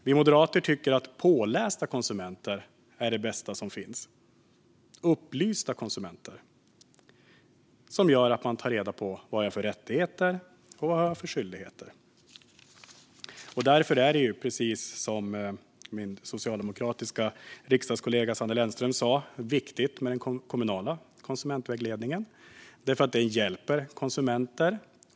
Vi moderater tycker att pålästa konsumenter är det bästa som finns - upplysta konsumenter som tar reda på vad de har för rättigheter och skyldigheter. Därför är det, precis som min socialdemokratiska riksdagskollega Sanne Lennström sa, viktigt med den kommunala konsumentvägledningen. Den hjälper konsumenter.